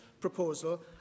proposal